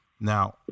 Now